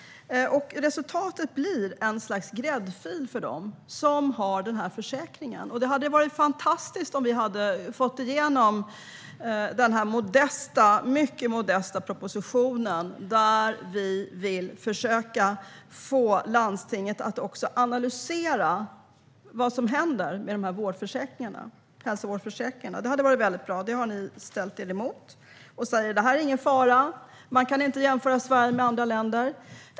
Resultatet blir ett slags gräddfil för dem som har försäkring. Det hade varit fantastiskt om vi hade fått igenom denna mycket modesta proposition. Vi vill försöka få landstingen att analysera vad som händer med hälsovårdsförsäkringarna. Det hade varit väldigt bra. Det har ni ställt er emot. Ni säger: Det är ingen fara. Man kan inte jämföra Sverige med andra länder.